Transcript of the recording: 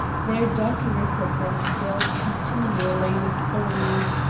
their dark recesses belled continually with owls.